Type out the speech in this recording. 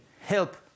help